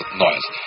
noise